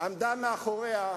אדוני השר,